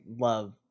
love